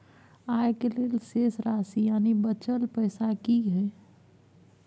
आय के लेल शेष राशि यानि बचल पैसा की हय?